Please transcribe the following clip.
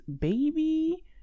baby